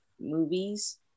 movies